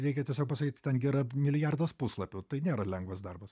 reikia tiesiog pasakyt ten gi yra milijardas puslapių tai nėra lengvas darbas